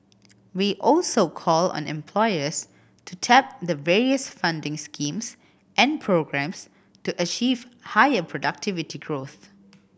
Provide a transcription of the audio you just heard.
we also call on employers to tap the various funding schemes and programmes to achieve higher productivity growth